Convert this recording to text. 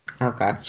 Okay